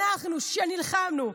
אנחנו שנלחמנו,